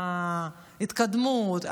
ההתקדמות,